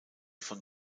von